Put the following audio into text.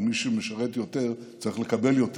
אבל מי שמשרת יותר צריך לקבל יותר.